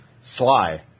Sly